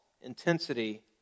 intensity